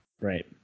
Right